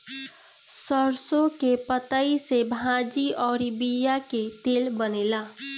सरसों के पतइ से भाजी अउरी बिया के तेल बनेला